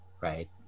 right